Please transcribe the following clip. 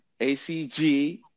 acg